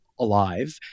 alive